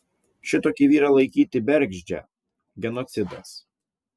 šitokį vyrą laikyti bergždžią genocidas